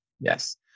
Yes